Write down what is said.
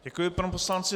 Děkuji panu poslanci.